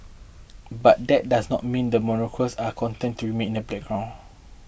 but that does not mean the monarchs are content to remain in the background